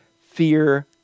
Fear